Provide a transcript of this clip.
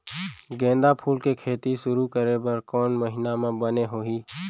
गेंदा फूल के खेती शुरू करे बर कौन महीना मा बने होही?